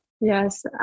Yes